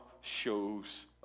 shows